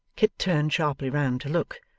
kit turned sharply round to look.